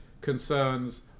concerns